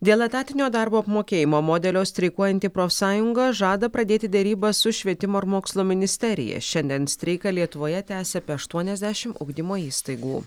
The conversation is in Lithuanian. dėl etatinio darbo apmokėjimo modelio streikuojanti profsąjunga žada pradėti derybas su švietimo ir mokslo ministerija šiandien streiką lietuvoje tęsia apie aštuoniasdešimt ugdymo įstaigų